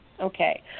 Okay